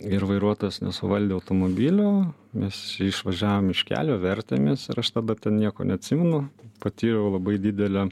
ir vairuotojas nesuvaldė automobilio mes išvažiavom iš kelio vertėmės ir aš tada ten nieko neatsimenu patyriau labai didelę